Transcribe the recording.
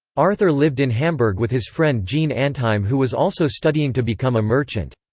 arthur lived in hamburg with his friend jean anthime who was also studying to become a merchant.